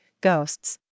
ghosts